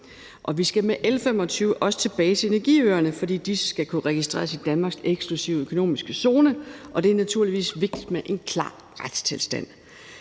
Vi skal med L 25 også tilbage til energiøerne, fordi de skal kunne registreres i Danmarks eksklusive økonomiske zone, og det er naturligvis vigtigt med en klar retstilstand.